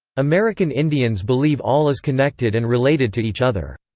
american indians believe all is connected and related to each other.